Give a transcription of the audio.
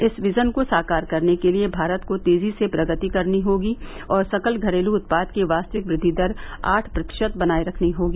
इस विजन को साकार करने के लिए भारत को तेजी से प्रगति करनी होगी और सकल घरेलू उत्पाद की वास्तविक वृद्धि दर आठ प्रतिशत बनाये रखनी होगी